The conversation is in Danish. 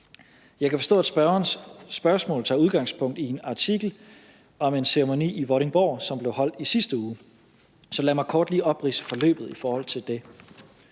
Jeg kan forstå, at spørgerens spørgsmål tager udgangspunkt i en artikel om en ceremoni i Vordingborg, som blev holdt i sidste uge. Så lad mig kort lige opridse forløbet i forhold til det.